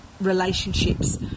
relationships